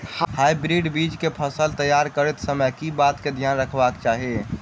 Hybrid बीज केँ फसल तैयार करैत समय कऽ बातक ध्यान रखबाक चाहि?